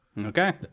Okay